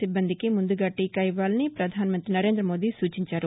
సిబ్బందికి ముందుగా లీకా ఇవ్వాలని పధానమంతి నరేందమోదీ సూచించారు